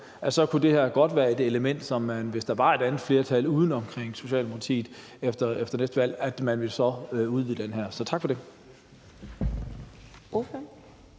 kunne det her godt være et element, hvor man, hvis der var et andet flertal uden Socialdemokratiet efter næste valg, ville udvide det. Så tak for det.